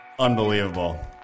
Unbelievable